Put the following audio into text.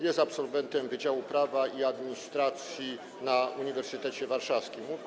Jest absolwentem Wydziału Prawa i Administracji na Uniwersytecie Warszawskim.